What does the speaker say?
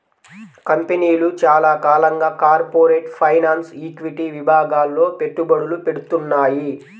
కంపెనీలు చాలా కాలంగా కార్పొరేట్ ఫైనాన్స్, ఈక్విటీ విభాగాల్లో పెట్టుబడులు పెడ్తున్నాయి